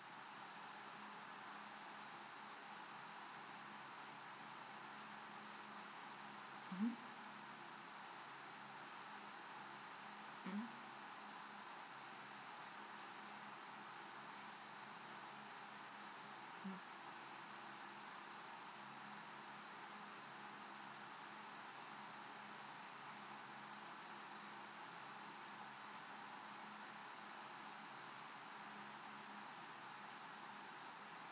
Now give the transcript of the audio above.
mm mm